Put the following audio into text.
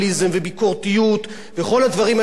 וכל הדברים האלה שאנחנו רוצים לראות בתקשורת,